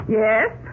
Yes